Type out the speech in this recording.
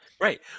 right